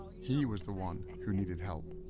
he was the one who needed help.